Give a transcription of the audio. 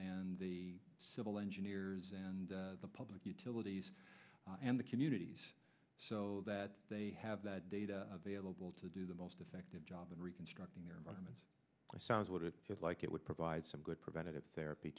and the civil engineers and the public utilities and the communities so that they have that data available to do the most effective job in reconstructing your argument sounds what it feels like it would provide some good preventative therapy